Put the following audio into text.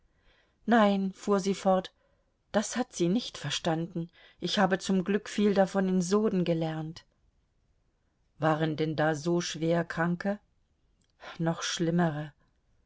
nein fuhr sie fort das hat sie nicht verstanden ich habe zum glück viel davon in soden gelernt waren denn da so schwer kranke noch schlimmere